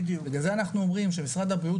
בגלל זה אנחנו אומרים שמשרד הבריאות